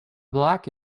black